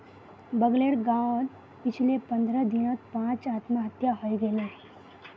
बगलेर गांउत पिछले पंद्रह दिनत पांच आत्महत्या हइ गेले